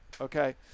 Okay